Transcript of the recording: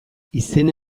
izena